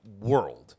world